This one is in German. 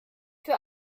für